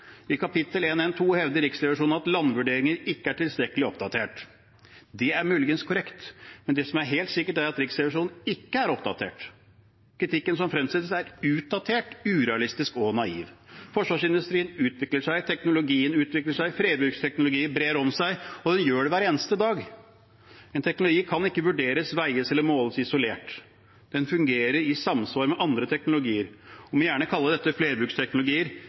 I kapittel 1.1.2 hevder Riksrevisjonen at landvurderinger ikke er tilstrekkelig oppdatert. Det er muligens korrekt, men det som er helt sikkert, er at Riksrevisjonen ikke er oppdatert. Kritikken som fremsettes, er utdatert, urealistisk og naiv. Forsvarsindustrien utvikler seg. Teknologien utvikler seg. Flerbruksteknologi brer om seg, og det gjør det hver eneste dag. En teknologi kan ikke vurderes, veies eller måles isolert. Den fungerer i samsvar med andre teknologier. Man må gjerne kalle dette flerbruksteknologier,